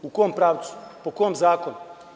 U kom pravcu, po kom zakonu?